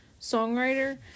songwriter